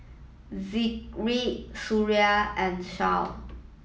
Zikri Suria and Shah